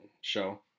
show